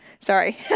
Sorry